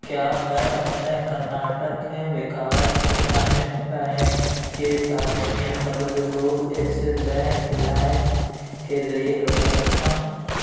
کیا میں اپنے کرناٹک وکاس گرامین بینک کے تعلیمی قرض کو ایکسس بینک لائم کے ذریعے لوٹا سکتا ہوں